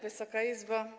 Wysoka Izbo!